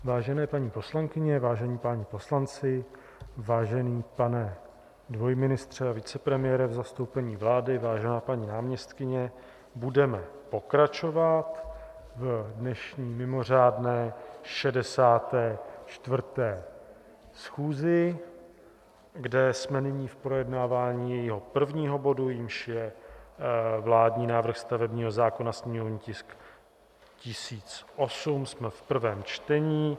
Vážené paní poslankyně, vážení páni poslanci, vážený pane dvojministře a vicepremiére v zastoupení vlády, vážená paní náměstkyně, budeme pokračovat v dnešní mimořádné 64. schůzi, kde jsme nyní v projednávání jejího prvního bodu, jímž je vládní návrh stavebního zákona, sněmovní tisk 1008, jsme v prvém čtení.